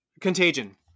Contagion